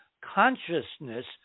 consciousness